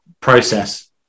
process